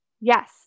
yes